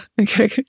okay